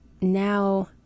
now